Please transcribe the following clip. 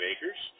Acres